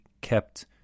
kept